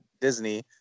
Disney